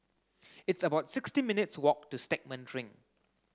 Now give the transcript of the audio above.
it's about sixty minutes' walk to Stagmont Ring